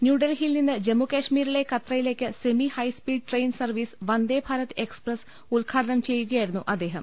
ന്യൂഡൽഹിയിൽ നിന്ന് ജമ്മുകശ്മീരിലെ കത്രയിലേക്ക് semi high speed train service Vande Bharat express ഉദ്ഘാടനം ചെയ്യുകയായിരുന്നു അദ്ദേഹം